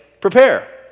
prepare